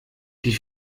die